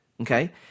okay